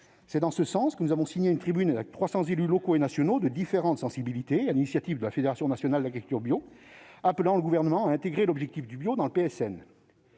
C'est dans ce sens que nous avons signé une tribune, avec 300 élus locaux et nationaux de différentes sensibilités, sur l'initiative de la Fédération nationale pour l'agriculture biologique (Fenab), appelant le Gouvernement à intégrer l'objectif du bio dans le PSN.